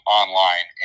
online